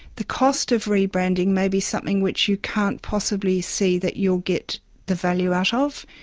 the cost of rebranding may be something which you can't possibly see that you'll get the value out ah of.